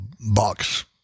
box